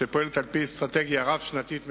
שפועלת על-פי אסטרטגיה רב-שנתית מתוקצבת.